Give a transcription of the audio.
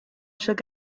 should